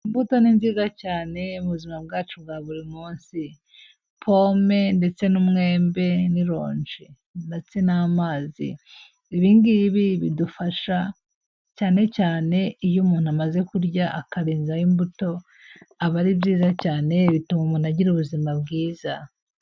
Imbuto ni nziza cyane mu buzima bwacu bwa buri munsi, pome ndetse n'umwembe n'ironji ndetse n'amazi. Ibi ng'ibi bidufasha cyane cyane iyo umuntu amaze kurya akarenzaho imbuto, aba ari byiza cyane bituma umuntu agira ubuzima bwiza.